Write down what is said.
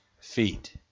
feet